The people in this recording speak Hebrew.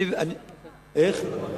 לוועדת הפנים.